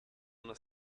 una